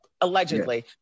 Allegedly